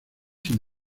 sin